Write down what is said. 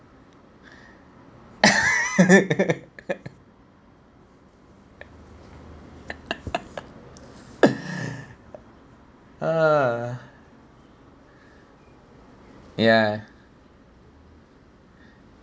uh ya